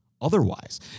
otherwise